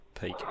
peak